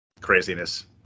Craziness